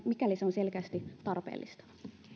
mikäli se on selkeästi tarpeellista